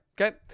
Okay